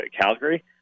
Calgary